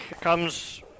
comes